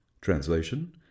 Translation